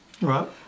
right